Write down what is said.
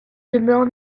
demeure